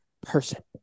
person